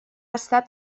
estat